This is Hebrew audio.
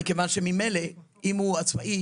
מכיוון שממילא אם הוא עצמאי,